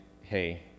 hey